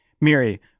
Miri